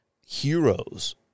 heroes